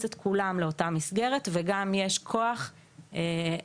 את כולם לאותה מסגרת וגם יש כוח עבודה